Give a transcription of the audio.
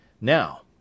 Now